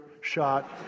shot